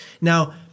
Now